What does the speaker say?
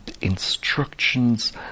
instructions